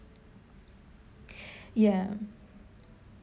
ya